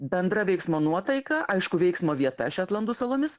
bendra veiksmo nuotaika aišku veiksmo vieta šetlandų salomis